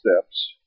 steps